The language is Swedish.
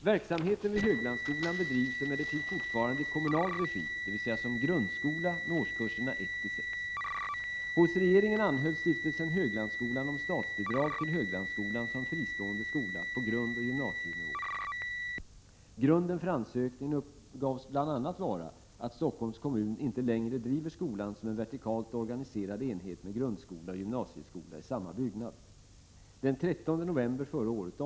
Verksamheten vid Höglandsskolan bedrivs emellertid fortfarande i kommunal regi, dvs. som grundskola med årskurserna 1-6. Hos regeringen anhöll stiftelsen Höglandsskolan om statsbidrag till Höglandsskolan som fristående skola på grundoch gymnasienivå. Grunden för ansökningen uppgavs bl.a. vara, att Stockholms kommun inte längre driver skolan som en vertikalt organiserad enhet med grundskola och gymnasieskola i samma byggnad.